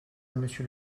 monsieur